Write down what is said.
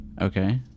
Okay